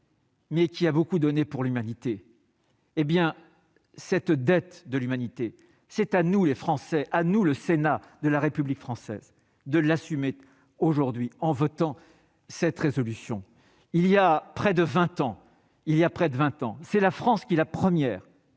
d'histoire, a beaucoup donné pour l'humanité et cette dette de l'humanité, c'est à nous, Français, à nous, le Sénat de la République française, de l'assumer aujourd'hui, en votant cette résolution. Voilà près de vingt ans, la France fut la première